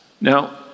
Now